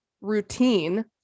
routine